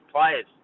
players